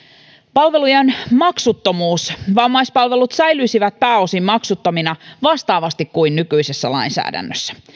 palvelujen maksuttomuus vammaispalvelut säilyisivät pääosin maksuttomina vastaavasti kuin nykyisessä lainsäädännössä